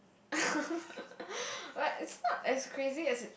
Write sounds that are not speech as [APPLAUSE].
[LAUGHS] like is not as crazy as it